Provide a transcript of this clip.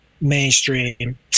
mainstream